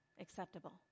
Acceptable